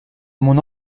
mon